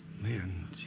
Man